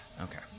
Okay